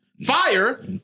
Fire